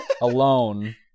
alone